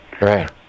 Right